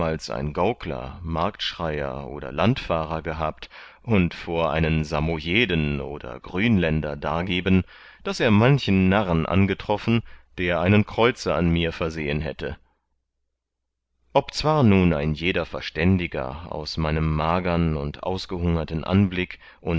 ein gaukler marktschreier oder landfahrer gehabt und vor einen samojeden oder grünländer dargeben daß er manchen narren angetroffen der einen kreuzer an mir versehen hätte obzwar nun ein jeder verständiger aus meinem magern und ausgehungerten anblick